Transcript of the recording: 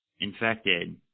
infected